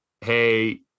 hey